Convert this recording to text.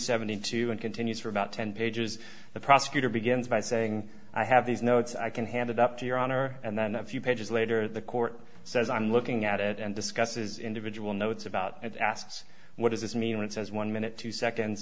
seventy two and continues for about ten pages the prosecutor begins by saying i have these notes i can hand it up to your honor and then a few pages later the court says i'm looking at it and discusses individual notes about it asks what does this mean when it says one minute two seconds